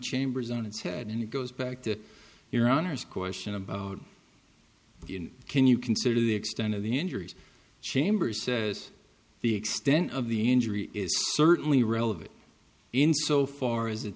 chambers on its head and it goes back to your honor's question about can you consider the extent of the injuries chambers says the extent of the injury is certainly relevant in so far as